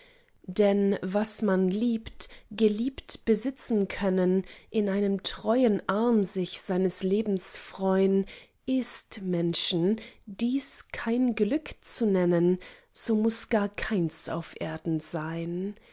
denn was man liebt geliebt besitzen können in einem treuen arm sich seines lebens freun ist menschen dies kein glück zu nennen so muß gar keins auf erden sein